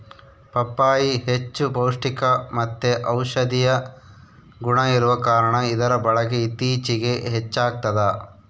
ಪಪ್ಪಾಯಿ ಹೆಚ್ಚು ಪೌಷ್ಟಿಕಮತ್ತೆ ಔಷದಿಯ ಗುಣ ಇರುವ ಕಾರಣ ಇದರ ಬಳಕೆ ಇತ್ತೀಚಿಗೆ ಹೆಚ್ಚಾಗ್ತದ